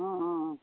অঁ অঁ অঁ